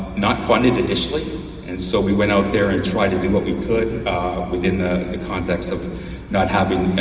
not funded initially and so we went out there and tried to do what we could within the the conducts of not having,